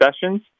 sessions